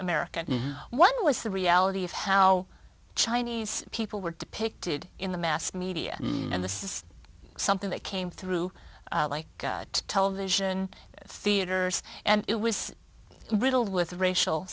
american one was the reality of how chinese people were depicted in the mass media and the says something that came through like television theaters and it was riddled with racial